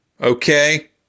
Okay